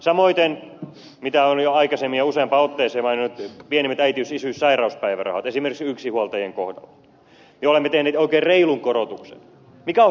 samoiten mitä olen jo aikaisemmin ja useaan otteeseen maininnut pienimpiin äitiys isyys ja sairauspäivärahoihin esimerkiksi yksinhuoltajien kohdalla me olemme tehneet oikein reilun korotuksen mikä on hyvä